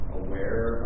aware